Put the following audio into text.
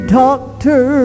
doctor